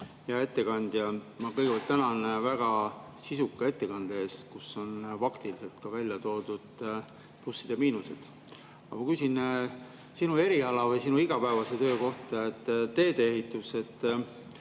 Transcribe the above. Hea ettekandja! Ma kõigepealt tänan väga sisuka ettekande eest, kus oli faktiliselt välja toodud plussid ja miinused. Aga ma küsin sinu eriala või sinu igapäevase töö kohta, teedeehituse